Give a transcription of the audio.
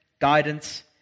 guidance